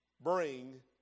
bring